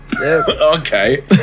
Okay